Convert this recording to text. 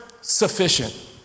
sufficient